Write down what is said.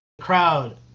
crowd